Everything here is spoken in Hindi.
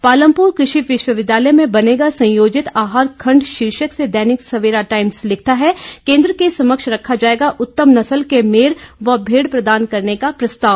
पालमपुर कृषि विश्वविद्यालय में बनेगा संयोजित आहार खंड शीर्षक से दैनिक सेवरा टाइम्स लिखता है केंद्र के समक्ष रखा जाएगा उत्तम नस्ल के मेड़े व भेड़ प्रदान करने का प्रस्ताव